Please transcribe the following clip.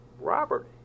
Robert